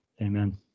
Amen